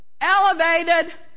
Elevated